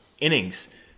innings